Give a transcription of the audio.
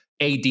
AD